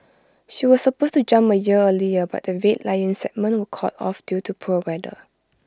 she was supposed to jump A year earlier but the Red Lions segment was called off due to poor weather